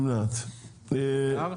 הצבעה אושר.